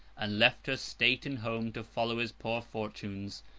and left her state and home to follow his poor fortunes,